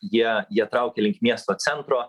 jie jie traukė link miesto centro